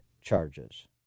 charges